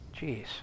Jeez